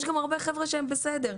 יש גם הרבה חבר'ה שהם בסדר.